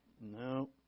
No